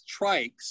trikes